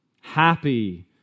Happy